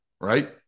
right